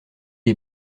est